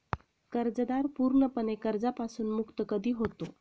कर्जदार पूर्णपणे कर्जापासून मुक्त कधी होतो?